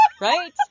right